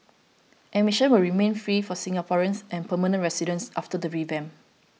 admission will remain free for Singaporeans and permanent residents after the revamp